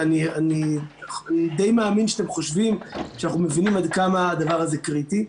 ואני די מאמין שאתם חושבים שאנחנו מבינים עד כמה הדבר הזה קריטי.